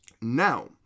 Now